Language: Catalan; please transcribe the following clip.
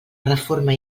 reforma